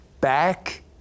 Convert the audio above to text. back